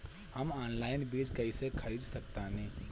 हम ऑनलाइन बीज कईसे खरीद सकतानी?